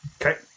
Okay